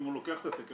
אם הוא לוקח את התקן,